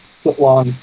foot-long